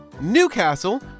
Newcastle